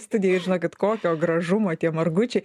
studijoj ir žinokit kokio gražumo tie margučiai